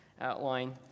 outline